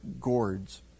gourds